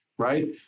Right